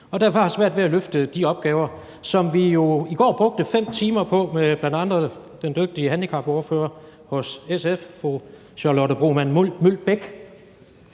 og derfor har svært ved at løfte de opgaver, som vi jo i går brugte 5 timer på at tale om sammen med blandt andre den dygtige handicapordfører fra SF, fru Charlotte Broman Mølbæk